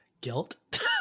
Guilt